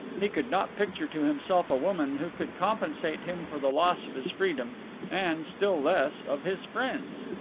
he could not picture to himself a woman who could compensate him for the loss of his freedom and, still less, of his friends.